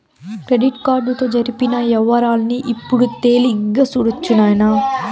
credit కార్డుతో జరిపిన యవ్వారాల్ని ఇప్పుడు తేలిగ్గా సూడొచ్చు నాయనా